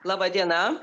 laba diena